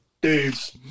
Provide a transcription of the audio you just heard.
Dudes